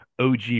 OG